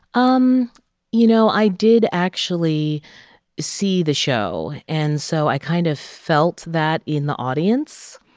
um you know, i did actually see the show. and so i kind of felt that in the audience.